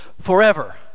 forever